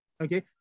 okay